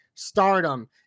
stardom